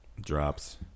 drops